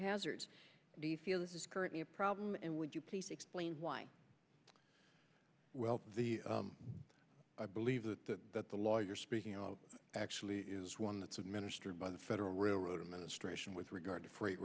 hazards do you feel this is currently a problem and would you please explain why well the i believe that the law you're speaking of actually is one that's administered by the federal railroad administration with regard to freight